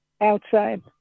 outside